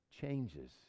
changes